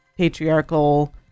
patriarchal